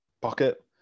pocket